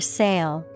sale